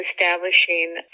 establishing